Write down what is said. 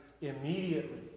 immediately